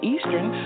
Eastern